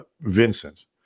Vincent